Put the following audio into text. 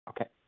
okay